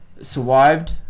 survived